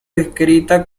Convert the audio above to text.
descrita